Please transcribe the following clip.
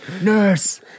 nurse